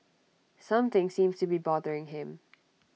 something seems to be bothering him